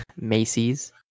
macy's